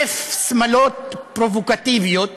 אלף שמלות פרובוקטיביות